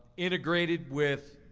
integrated with